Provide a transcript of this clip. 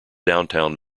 downtown